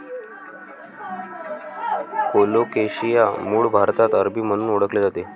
colocasia मूळ भारतात अरबी म्हणून ओळखले जाते